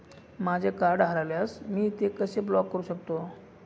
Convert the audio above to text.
माझे कार्ड हरवल्यास मी ते कसे ब्लॉक करु शकतो?